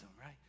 right